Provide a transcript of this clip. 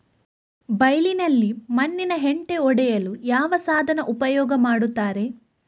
ಬೈಲಿನಲ್ಲಿ ಮಣ್ಣಿನ ಹೆಂಟೆ ಒಡೆಯಲು ಯಾವ ಸಾಧನ ಉಪಯೋಗ ಮಾಡುತ್ತಾರೆ?